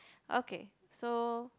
okay so